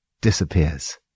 disappears